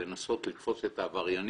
לנסות לתפוס את העבריינים,